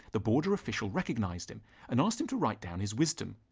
the border official recognised him and asked him to write down his wisdom.